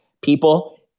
people